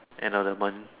end of the month